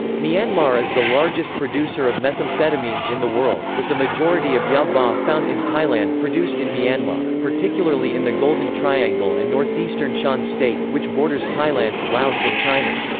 myanmar is the largest producer of methamphetamines in the world, with the majority of ya ba found in thailand produced in myanmar, particularly in the golden triangle and northeastern shan state, which borders thailand, laos and china.